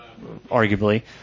arguably